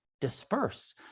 disperse